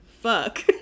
Fuck